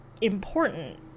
important